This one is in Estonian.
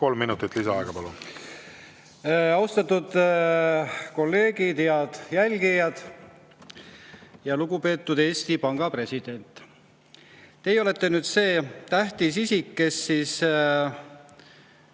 Kolm minutit lisaaega, palun! Austatud kolleegid! Head jälgijad! Lugupeetud Eesti Panga president! Teie olete nüüd see tähtis isik, kes Euroopa